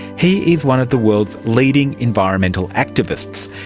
he is one of the world's leading environmental activists,